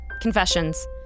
Confessions